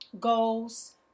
goals